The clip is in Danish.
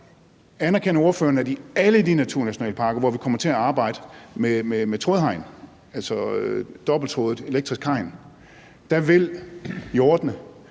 anerkender ordføreren, at i alle de naturnationalparker, hvor vi kommer til at arbejde med trådhegn, altså dobbelttrådet elektrisk hegn, vil hjortene